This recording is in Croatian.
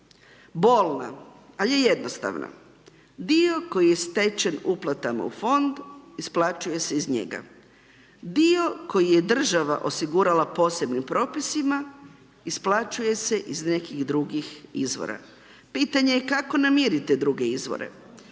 bolna, al je jednostavna, dio koji je stečen uplatama u fond isplaćuje se iz njega, dio koji je država osigurala posebnim propisima isplaćuje se iz nekih drugih izvora. Pitanje je kako namiriti te druge izvore,